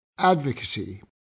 Advocacy